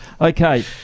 Okay